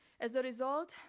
as a result,